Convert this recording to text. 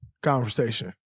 conversation